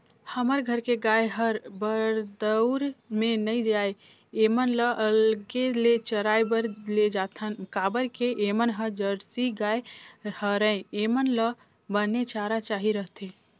हमर घर के गाय हर बरदउर में नइ जाये ऐमन ल अलगे ले चराए बर लेजाथन काबर के ऐमन ह जरसी गाय हरय ऐेमन ल बने चारा चाही रहिथे